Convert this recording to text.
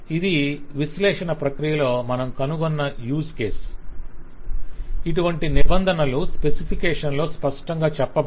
ఇది విశ్లేషణ ప్రక్రియలో మనం కనుగొన్న యూజ్ కేస్ ఇటువంటి నిబంధనలు స్పెసిఫికేషన్లలో స్పష్టంగా చెప్పబడవు